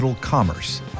commerce